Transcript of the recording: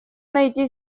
найти